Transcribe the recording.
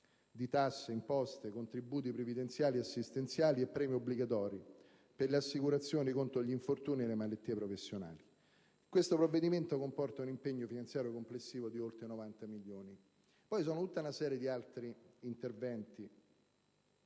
di tasse, imposte, contributi previdenziali e assistenziali e premi obbligatori per le assicurazioni contro gli infortuni e le malattie professionali; un provvedimento che comporta un impegno finanziario complessivo di oltre 90 milioni. Vi è poi tutta una serie di altri interventi